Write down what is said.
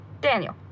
Daniel